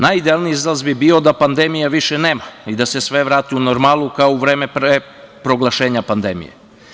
Najidealniji izlaz bi bio da pandemije više nema i da se sve vrati u normalu kao u vreme pre proglašenja pandemije.